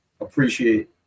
appreciate